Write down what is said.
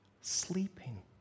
sleeping